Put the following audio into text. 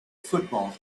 football